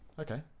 Okay